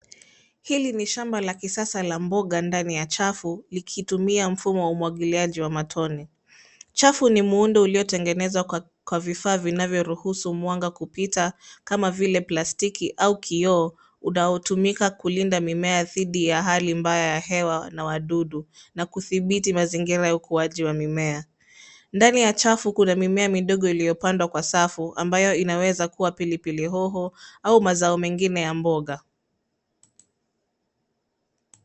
Hili ni shamba la kisasa la mboga ndani ya chafu. Chafu likitumia mfumo wa umwagiliaji wa matone. Chafu ni muundo uliotengenezwa kwa vifaa vinavyoruhusu mwanga kupita kama vile plastiki au kioo unaotumika kulinda mimea dhidi ya hali mbaya ya hewa na wadudu na kudhibiti mazingira ya ukuaji wa mimea. Ndani ya chafu kuna mimea midogo iliyopandwa kwa safu ambayo inaweza kuwa pilipili hoho au mazao mengine ya mboga.